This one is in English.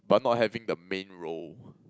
but not having the main role